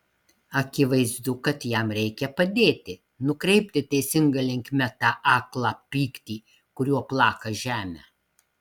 akivaizdu kad jam reikia padėti nukreipti teisinga linkme tą aklą pyktį kuriuo plaka žemę